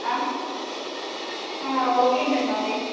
okay ma'am అవి